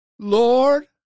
Lord